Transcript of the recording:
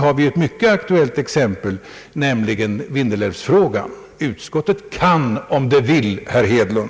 har ett mycket aktuellt exempel, nämligen Vindelälvsfrågan. Utskottet kan om det vill, herr Hedlund!